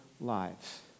lives